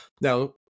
Now